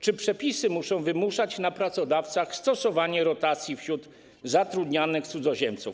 Czy przepisy muszą wymuszać na pracodawcach stosowanie rotacji wśród zatrudnianych cudzoziemców?